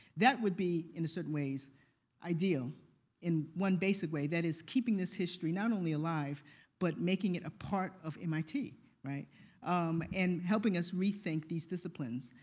that would be in certain ways ideal in one basic way, that is, keeping this history not only alive but making it a part of mit um and helping us rethink these disciplines.